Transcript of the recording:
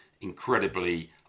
incredibly